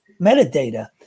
metadata